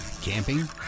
camping